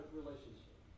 relationship